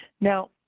Now